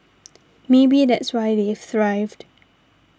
maybe that's why they've thrived